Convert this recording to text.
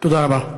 תודה רבה.